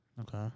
Okay